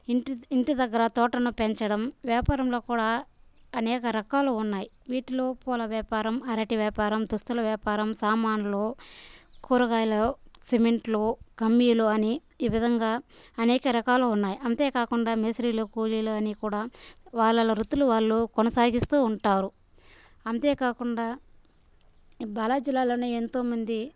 ఇంటి ఇంటిదగ్గర తోటను పెంచడం వ్యాపారంలో కూడా అనేక రకాలు ఉన్నాయి వీటిలో పూల వ్యాపారం అరటి వ్యాపారం దుస్తులు వ్యాపారం సామాన్లు కూరగాయలు సిమెంట్లు కమ్మీలు అని ఈ విధంగా అనేక రకాలు ఉన్నాయి అంతేకాకుండా మేస్త్రిలు కూలీలు అని కూడా వాళ్ళ వాళ్ళ వృత్తులు వాళ్ళు కొనసాగిస్తూ ఉంటారు అంతేకాకుండా ఈ బాలా జిల్లాలోనే ఎంతోమంది